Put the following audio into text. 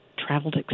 traveled